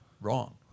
wrong